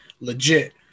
legit